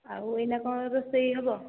ଆଉ ଏଇନା କ'ଣ ରୋଷେଇ ହେବ